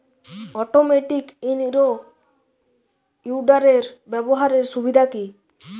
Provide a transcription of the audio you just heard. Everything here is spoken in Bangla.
অটোমেটিক ইন রো উইডারের ব্যবহারের সুবিধা কি?